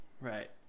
Right